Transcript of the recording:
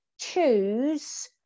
choose